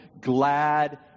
glad